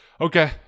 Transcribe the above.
Okay